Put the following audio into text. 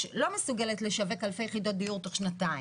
לא מסוגלת לשווק אלפי יחידות דיור תוך שנתיים.